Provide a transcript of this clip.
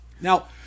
Now